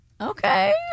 Okay